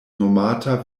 nomata